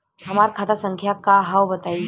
हमार खाता संख्या का हव बताई?